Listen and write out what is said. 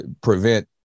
prevent